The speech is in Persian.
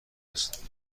است